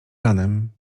ranem